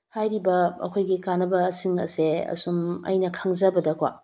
ꯍꯥꯏꯔꯤꯕ ꯑꯩꯈꯣꯏꯒꯤ ꯀꯥꯟꯅꯕꯁꯤꯡ ꯑꯁꯦ ꯁꯨꯝ ꯑꯩꯅ ꯈꯪꯖꯕꯗꯀꯣ